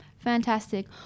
Fantastic